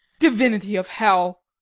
divinity of hell!